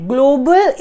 Global